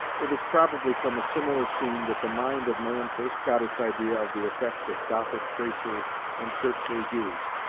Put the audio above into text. it was probably from a similar scene that the mind of man first got its idea of the effects of gothic tracery and churchly hues,